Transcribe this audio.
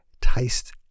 taste